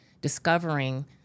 discovering